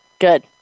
Good